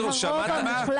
זה הרוב המוחלט.